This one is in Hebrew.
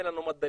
אין לנו מדענים,